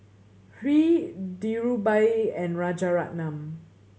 Hri Dhirubhai and Rajaratnam